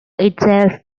itself